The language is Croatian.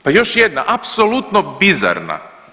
Pa još jedna apsolutno bizarna.